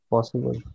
possible